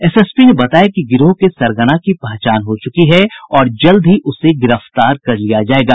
SSP ने बताया कि गिरोह के सरगना की पहचान हो चुकी है और जल्द ही उसे गिरफ्तार कर लिया जायेगा